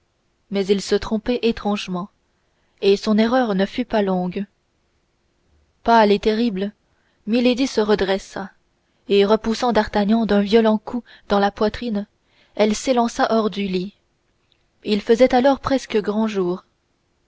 mais il se trompait étrangement et son erreur ne fut pas longue pâle et terrible milady se redressa et repoussant d'artagnan d'un violent coup dans la poitrine elle s'élança hors du lit il faisait alors presque grand jour